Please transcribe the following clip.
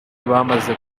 bamaze